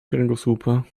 kręgosłupa